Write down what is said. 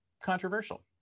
controversial